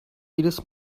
jedes